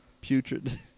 Putrid